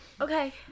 Okay